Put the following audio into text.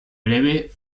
breve